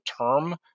term